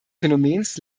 phänomens